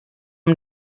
him